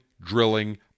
drilling